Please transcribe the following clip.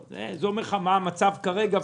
זה אומר לך מה המצב כרגע.